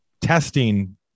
testing